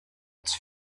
its